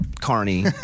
Carney